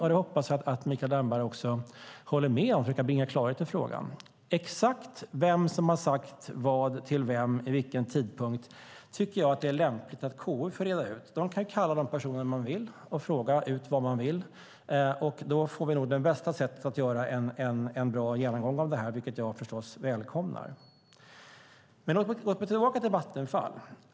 Jag hoppas att Mikael Damberg håller med om att vi ska försöka bringa klarhet i frågan. Exakt vem som sagt vad till vem och vid vilken tidpunkt tycker jag är lämpligt att låta KU reda ut. De kan kalla in de personer de vill och fråga vad de vill. Det är nog det bästa sättet att få en bra genomgång av frågan, vilket jag förstås välkomnar. Låt mig gå tillbaka till Vattenfall.